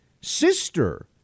sister